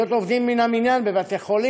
להיות עובדים מן המניין בבתי-חולים.